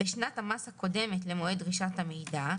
בשנת המס הקודמת למועד דרישת המידע,